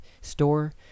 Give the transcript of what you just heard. store